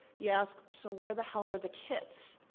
you ask, so, where the hell are the kits?